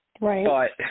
Right